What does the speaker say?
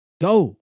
Go